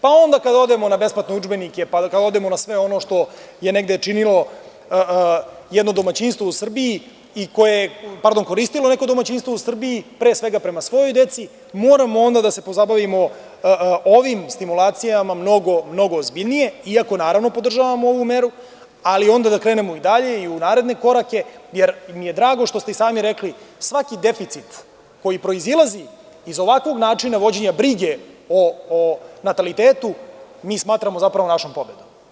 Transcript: Pa, onda kada odemo na besplatne udžbenike, pa kada odemo na sve ono što je negde koristilo jedno domaćinstvo u Srbiji, pre svega, prema svojoj deci moramo onda da se pozabavimo ovim stimulacijama mnogo ozbiljnije iako naravno podržavamo ovu meru, ali onda da krenemo i dalje i u naredne korake, jer mi je drago što ste i sami rekli, svaki deficit koji proizilazi iz ovakvog načina vođenja brige o natalitetu mi smatramo zapravo našom pobedom.